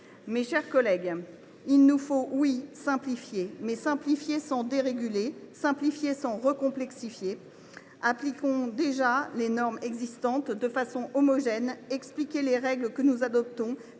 Mes chers collègues, il nous faut, oui, simplifier, mais simplifier sans déréguler, simplifier sans complexifier davantage. Appliquons déjà les règles existantes, de façon homogène, en expliquant les règles que nous adoptons.